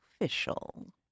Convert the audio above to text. official